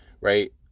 Right